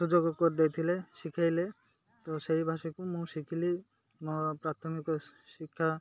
ସୁଯୋଗ କରିଦେଇଥିଲେ ଶିଖାଇଲେ ତ ସେଇ ଭାଷୀକୁ ମୁଁ ଶିଖିଲି ମୋର ପ୍ରାଥମିକ ଶିକ୍ଷା